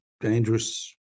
dangerous